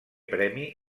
premi